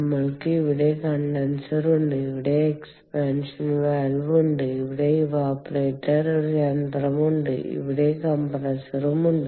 നമ്മൾക്ക് ഇവിടെ കണ്ടൻസർ ഉണ്ട് ഇവിടെ എക്സ്പാൻഷൻ വാൽവ് ഉണ്ട് ഇവിടെ ഇവാപറേറ്റർ യന്ത്രമുണ്ട് ഇവിടെ കംപ്രസ്സറും ഉണ്ട്